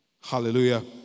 Hallelujah